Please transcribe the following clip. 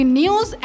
news